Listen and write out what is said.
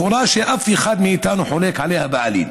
לכאורה אף אחד מאיתנו לא חולק עליה, בעליל.